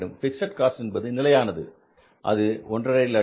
fixed cost என்பது நிலையானது அது 150000